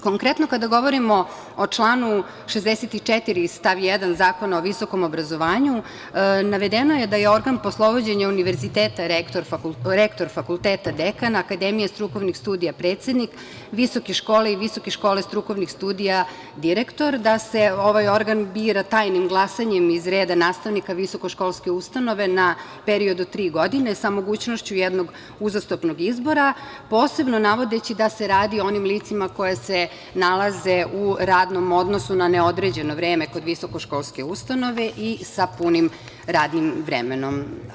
Konkretno, kada govorimo o članu 64. stav 1. Zakona o visokom obrazovanju, navedeno je da je organ poslovođenja univerziteta rektor fakulteta dekana, akademije strukovnih studija predsednik, visoke škole i visoke škole strukovnih studija direktor, da se ovaj organ bira tajnim glasanjem iz reda nastavnika visokoškolske ustanove na period od tri godine, sa mogućnošću jednog uzastopnog izbora, posebno navodeći da se radi o onim licima koja se nalaze u radnom odnosu na neodređeno vreme kod visokoškolske ustanove i sa punim radnim vremenom.